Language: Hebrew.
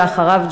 ואחריו,